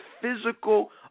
physical